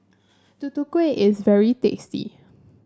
Tutu Kueh is very tasty